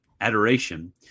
adoration